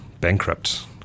bankrupt